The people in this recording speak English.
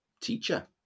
Teacher